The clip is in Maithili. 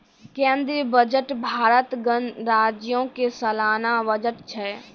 केंद्रीय बजट भारत गणराज्यो के सलाना बजट छै